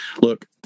Look